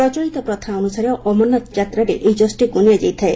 ପ୍ରଚଳିତ ପ୍ରଥା ଅନୁସାରେ ଅମରନାଥ ଯାତ୍ରାରେ ଏହି ଯଷ୍ଟିକୁ ନିଆଯାଇଥାଏ